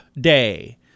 day